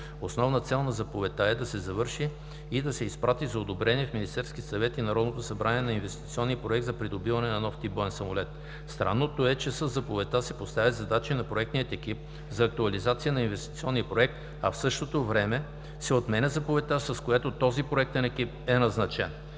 Основна цел на заповедта е да се завърши и се изпрати за одобрение в Министерския съвет и Народното събрание на Инвестиционния проект за придобиване на нов тип боен самолет. Странното е, че със заповедта се поставят задачи на проектния екип за актуализация на Инвестиционния проект, а в същото време се отменя заповедта, с която този проектен екип е назначен!